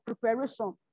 preparation